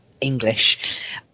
English